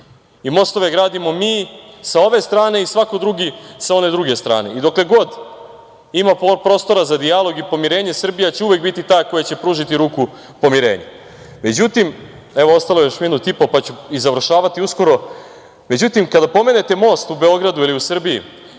i mostove gradimo mi sa ove strane i svako drugi sa one druge strane. Dokle god ima prostora za dijalog i pomirenje, Srbija će uvek biti ta koja će pružiti ruku pomirenja.Međutim, ostalo je još minut i po, pa ću završiti uskoro, kada pomenete most u Beogradu i u Srbiji,